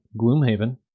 gloomhaven